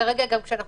כרגע, כשאנחנו